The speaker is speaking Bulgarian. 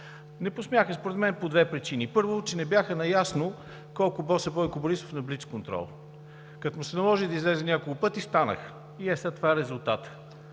Не посмяха, според мен, по две причини. Първо, че не бяха наясно колко бос е Бойко Борисов на блицконтрол. Като му се наложи да излезе няколко пъти – станаха. И ето сега това е резултатът.